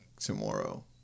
tomorrow